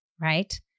right